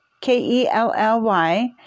K-E-L-L-Y